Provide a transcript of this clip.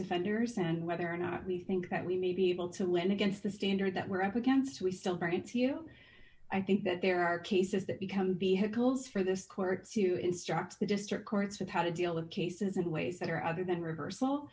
defenders and whether or not we think that we may be able to win against the standard that we're up against we still variance you know i think that there are cases that become vehicles for this court to instruct the district courts of how to deal with cases and ways that are other than rehearsal